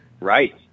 Right